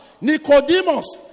Nicodemus